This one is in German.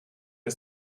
der